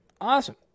Awesome